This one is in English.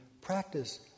practice